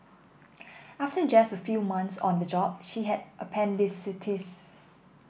after just a few months on the job she had appendicitis